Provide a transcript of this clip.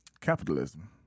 capitalism